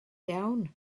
iawn